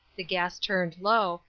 the gas turned low,